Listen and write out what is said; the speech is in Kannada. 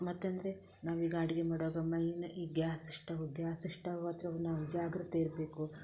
ಮತ್ತಂದರೆ ನಾವೀಗ ಅಡಿಗೆ ಮಾಡುವಾಗ ಮನೆಯಲ್ಲಿ ಈ ಗ್ಯಾಸ್ ಸ್ಟವ್ ಗ್ಯಾಸ್ ಸ್ಟವ್ ಹತ್ತಿರ ನಾವು ಜಾಗ್ರತೆ ಇರಬೇಕು